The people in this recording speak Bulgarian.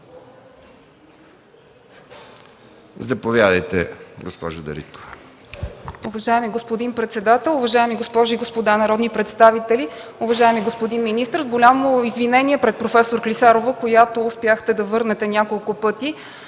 Заповядайте, госпожо Манолова.